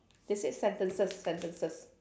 they said sentences sentences